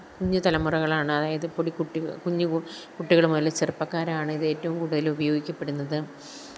കുഞ്ഞ് തലമുറകളാണ് അതായത് പൊടിക്കുട്ടികൾ കുഞ്ഞ് കു കുട്ടികൾ മുതൽ ചെറുപ്പക്കാരാണിതേറ്റവും കൂടുതലുപയോഗിക്കപ്പെടുന്നത്